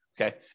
okay